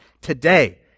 Today